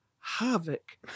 havoc